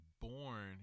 born